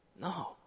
No